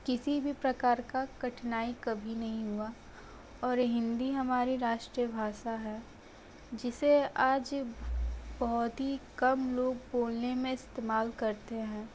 किसी भी प्रकार का कठिनाई कभी नहीं हुआ और हिंदी हमारी राष्ट्रीय भाषा है जिसे आज बहुत ही कम लोग बोलने में इस्तेमाल करते हैं